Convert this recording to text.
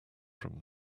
from